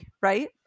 right